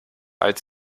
als